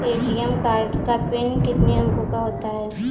ATM card का pin कितने अंकों का होता है?